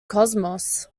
cosmos